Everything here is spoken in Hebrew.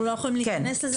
אנחנו לא יכולים להיכנס לזה.